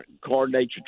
coordinate